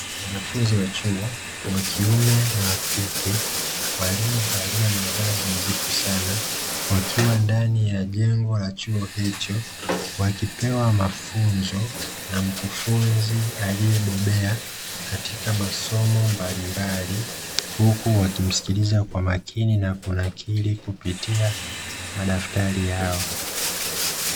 Waanafunzi wa chuo wakiume na wakike waliovalia mavazi nadhifu sana, wakiwa ndani ya jengo la chuo hicho wakipewa mafunzo na mkufunzi aliyebobea katika masomo mbalimbali, uku wakimsikiliza kwa makini na kunakili kupitia madafutari yao.